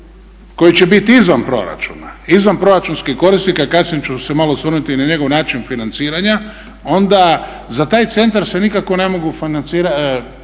koji će biti izvan proračuna izvanproračunskih korisnika, kasnije ću se malo osvrnuti na njegov način financiranja onda za taj centar se nikako mogu planira